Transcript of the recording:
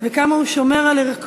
יש שם טוב, ועד כמה הוא שומר על ערכו